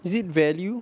is it value